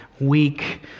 weak